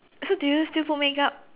so do you still put makeup